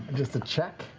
just a check?